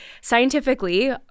scientifically